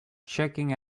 checking